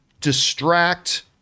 distract